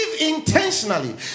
intentionally